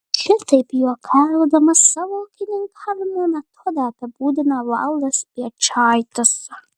šitaip juokaudamas savo ūkininkavimo metodą apibūdina valdas piečaitis